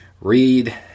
read